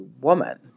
woman